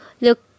look